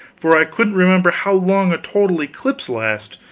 for i couldn't remember how long a total eclipse lasts.